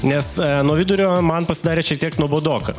nes nuo vidurio man pasidarė šiek tiek nuobodoka